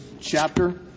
chapter